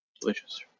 Delicious